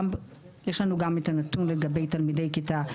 יש לנו גם את הנתון גם לגבי תלמידי כיתה יב'.